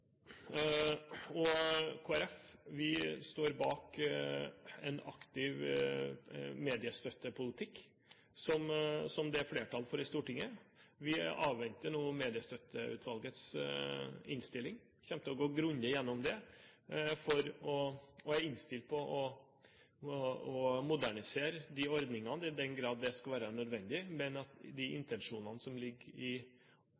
samarbeidsdiskusjon. Kristelig Folkeparti står bak en aktiv mediestøttepolitikk, som det er flertall for i Stortinget. Vi avventer nå Mediestøtteutvalgets innstilling og kommer til å gå grundig gjennom den, og er innstilt på å modernisere ordningene i den grad det skulle være nødvendig. Men de intensjonene som ligger i